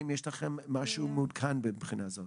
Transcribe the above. האם יש לכם משהו מעודכן מהבחינה הזאת?